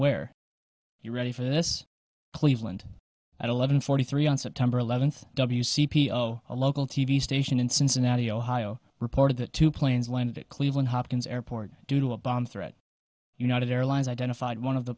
where you ready for this cleveland and eleven forty three on september eleventh w c p o a local t v station in cincinnati ohio reported that two planes landed at cleveland hopkins airport due to a bomb threat united airlines identified one of the